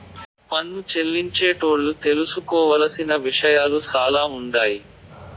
పన్ను చెల్లించేటోళ్లు తెలుసుకోవలసిన విషయాలు సాలా ఉండాయి